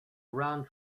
round